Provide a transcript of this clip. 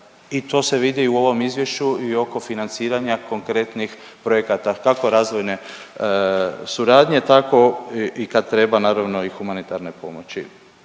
i to se vidi u ovom izvješću i oko financiranja konkretnih projekata kako razvojne suradnje tako i kad treba naravno i humanitarne pomoći.